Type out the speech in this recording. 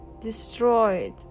destroyed